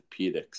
orthopedics